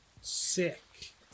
sick